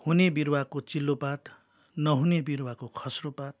हुने बिरुवाको चिल्लो पात नहुने बिरुवाको खस्रो पात